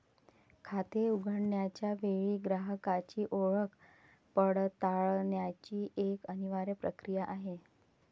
खाते उघडण्याच्या वेळी ग्राहकाची ओळख पडताळण्याची एक अनिवार्य प्रक्रिया आहे